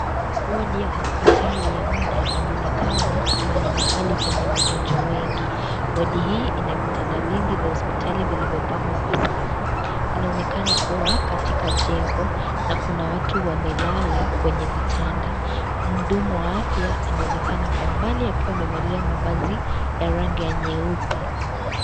Wodi ya hospitali ya muda inaonekana ni kama ni mahali penye wagonjwa wengi. Wodi hii ina vitanda vingi vya hospitali vilivyopangwa kwa safu. Inaonekana kuwa katika jengo na kuna watu wamelala kwenye vitanda . Mhudumu wa afya anaonekana kwa umbali akiwa amevalia mavazi ya rangi ya nyeupe.